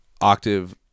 octave